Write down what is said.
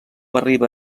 arriba